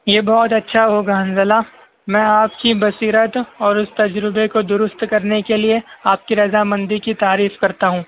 یہ بہت اچھا ہوگا حنزلہ میں آپ کی بصیرت اور اس تجربے کو درست کرنے کے لیے آپ کی رضامندی کی تعریف کرتا ہوں